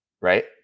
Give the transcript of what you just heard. Right